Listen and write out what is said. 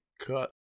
cut